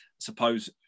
suppose